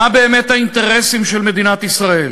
מה באמת האינטרסים של מדינת ישראל?